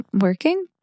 Working